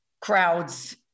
crowds